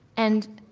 and,